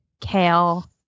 kale